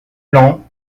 plan